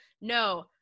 no